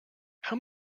how